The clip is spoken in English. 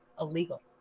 illegal